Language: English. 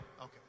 Okay